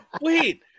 Wait